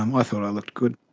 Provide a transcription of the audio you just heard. um i thought i looked good.